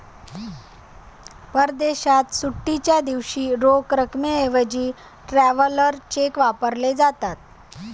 परदेशात सुट्टीच्या दिवशी रोख रकमेऐवजी ट्रॅव्हलर चेक वापरले जातात